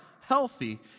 healthy